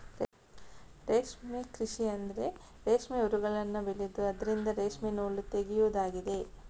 ರೇಷ್ಮೆ ಕೃಷಿ ಅಂದ್ರೆ ರೇಷ್ಮೆ ಹುಳಗಳನ್ನ ಬೆಳೆದು ಅದ್ರಿಂದ ರೇಷ್ಮೆ ನೂಲು ತೆಗೆಯುದಾಗಿದೆ